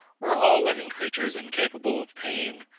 were all living creatures incapable of pain,